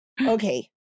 Okay